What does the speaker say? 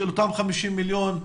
של אותם 50 מיליון שקלים,